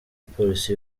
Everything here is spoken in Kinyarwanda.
police